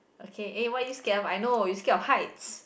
okay eh what are you scared of I know you scared of heights